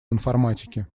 информатике